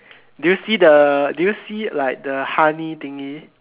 do you see the do you see like the honey thingy